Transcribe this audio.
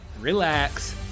relax